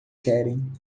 querem